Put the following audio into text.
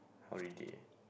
holiday